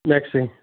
میکسٕے